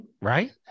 Right